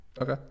Okay